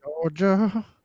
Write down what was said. Georgia